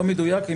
לא מדויק.